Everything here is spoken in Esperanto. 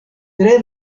tre